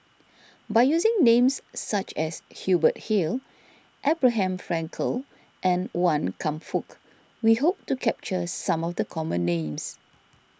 by using names such as Hubert Hill Abraham Frankel and Wan Kam Fook we hope to capture some of the common names